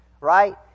Right